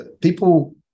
People